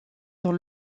dans